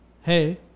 hey